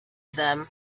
them